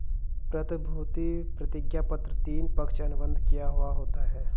प्रतिभूति प्रतिज्ञापत्र तीन, पक्ष अनुबंध किया हुवा होता है